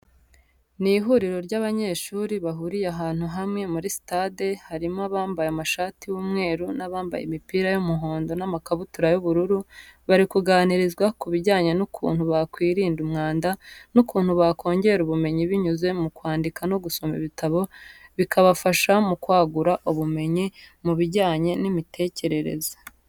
Ni ihuriro ry'abanyeshuri bahuriye ahantu hamwe muri sitade, harimo abambaye amashati y'umweru n'abambaye imipira y'umuhondo n'amakabutura y'ubururu, bari kuganirinzwa kubijyanye n'ukuntu bakwirinda umwanda, n'ukuntu bakongera ubumenyi binyuze mu kwandika no gusoma ibitabo bikabafasha mu kwagura ubumenyi mu bijyanye n'imitekerereze.